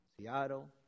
Seattle